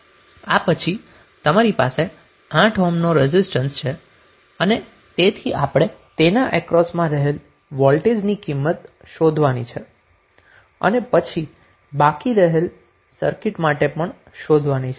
આ પછી તમારી પાસે 8 ઓહ્મનો રેઝિસ્ટન્સ છે અને તેથી આપણે તેના અક્રોસમાં રહેલા વોલ્ટેજની કિંમત શોધવાની છે અને પછી બાકી રહેલી સર્કિટ માટે પણ શોધવાની છે